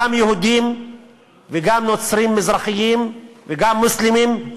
גם יהודים וגם נוצרים מזרחיים וגם מוסלמים,